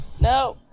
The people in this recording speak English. No